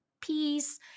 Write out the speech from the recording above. peace